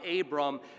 Abram